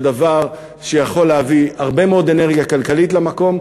זה דבר שיכול להביא הרבה מאוד אנרגיה כלכלית למקום.